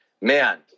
Man